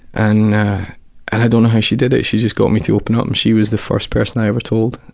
and and i don't know how she did it, she just got me to open up, and she was the first person i ever told.